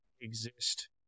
exist